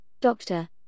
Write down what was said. Doctor